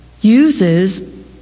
uses